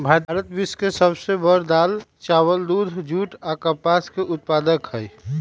भारत विश्व के सब से बड़ दाल, चावल, दूध, जुट आ कपास के उत्पादक हई